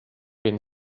been